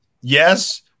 Yes